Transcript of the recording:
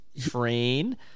train